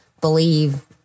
believe